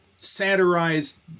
Satirized